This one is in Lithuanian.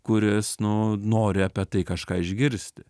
kuris nu nori apie tai kažką išgirsti